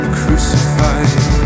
crucified